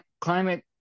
Climate